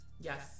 yes